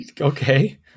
Okay